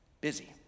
Busy